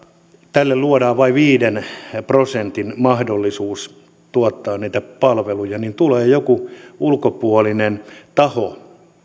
tälle luodaan vain viiden prosentin mahdollisuus tuottaa niitä palveluja niin tulee joku ulkopuolinen taho